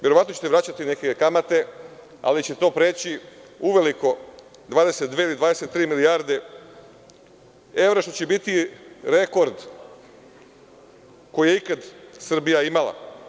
Verovatno ćete vraćati neke kamate, ali će to preći uveliko 22 ili 23 milijarde evra, što će biti rekord koji je ikad Srbija imala.